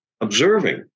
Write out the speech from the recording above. observing